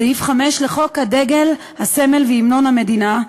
סעיף 5 לחוק הדגל, הסמל והמנון המדינה,